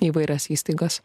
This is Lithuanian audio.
įvairias įstaigas